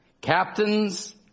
captains